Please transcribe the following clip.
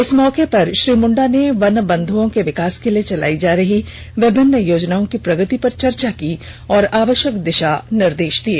इस मौके पर श्री मुंडा ने वन वंध्रओं के विकास के लिए चलायी जा रही विभिन्न योजनाओं की प्रगति पर चर्चा की और आवष्यक दिषा निर्देष दिये